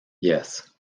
yes